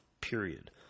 period